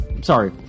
Sorry